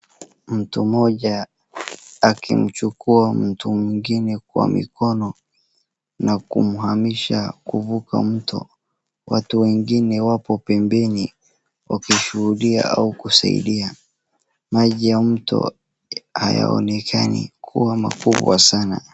Mtu mmoja akimchukua mtu mwingine kwa mkono na kumhamisha kuvuka mto. Watu wengine wako pembeni wakishuhudia au kusaidia maji ya mto hayaonekani kuwa makubwa sana.